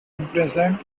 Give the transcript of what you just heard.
imprisoned